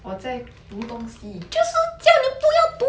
我在都东西